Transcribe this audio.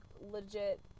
legit